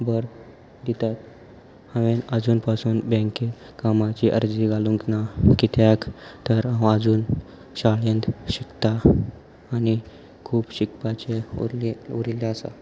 भर दितात हांवें आजून पासून बँके कामाची अर्जी घालूंक ना कित्याक तर हांव आजून शाळेंत शिकता आनी खूब शिकपाचें उरले उरिल्लें आसा